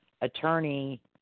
attorney